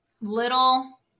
little